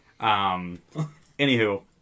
Anywho